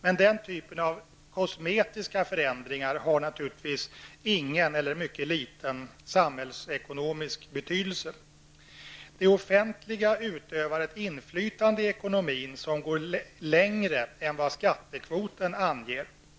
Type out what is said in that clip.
Men den typen av kosmetiska förändringar har naturligtvis ingen eller mycket liten samhällsekonomisk betydelse. Det offentliga utövar ett inflytande i ekonomin som går längre än vad skattekvoten anger.